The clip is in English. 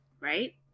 right